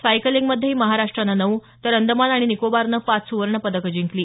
सायकलिंगमध्येही महाराष्ट्रानं नऊ तर अंदमान आणि निकोबारनं पाच सुवर्ण पदकं जिंकली